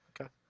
Okay